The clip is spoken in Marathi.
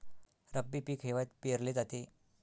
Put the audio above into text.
रब्बी पीक हिवाळ्यात पेरले जाते